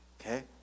Okay